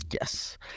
Yes